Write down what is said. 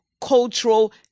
cultural